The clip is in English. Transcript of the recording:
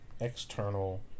external